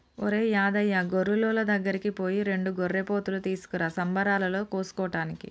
ఒరేయ్ యాదయ్య గొర్రులోళ్ళ దగ్గరికి పోయి రెండు గొర్రెపోతులు తీసుకురా సంబరాలలో కోసుకోటానికి